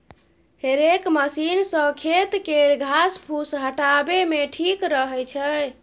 हेरेक मशीन सँ खेत केर घास फुस हटाबे मे ठीक रहै छै